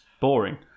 boring